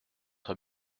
être